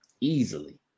easily